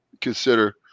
consider